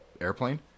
airplane